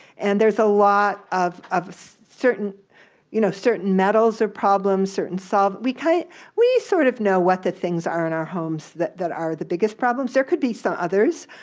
and there's a lot of of certain you know certain metals are problems. so we kind of we sort of know what the things are in our homes that that are the biggest problems. there could be so others,